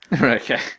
Okay